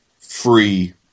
free